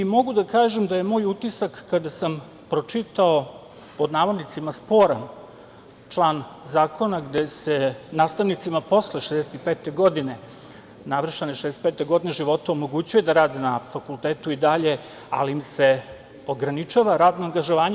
Mogu da kažem da je moj utisak kada sam pročitao „sporan“ član zakona gde se nastavnicima posle navršene 65. godine života omogućuje da rade na fakultetu i dalje, ali im se ograničava radno angažovanje.